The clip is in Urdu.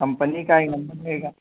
کمپنی کا ایک نمبر رہے گا